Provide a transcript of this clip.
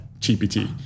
gpt